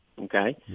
Okay